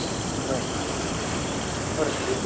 சரி ஒரு